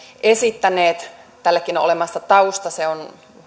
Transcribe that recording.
esittäneet tällekin on olemassa tausta se on